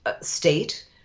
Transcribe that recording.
state